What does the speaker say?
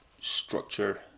structure